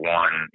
one